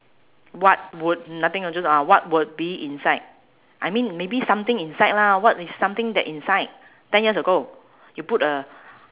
what would nothing uh just what would be inside I mean maybe something inside lah what is something that inside ten years ago you put a